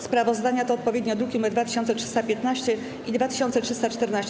Sprawozdania to odpowiednio druki nr 2315 i 2314.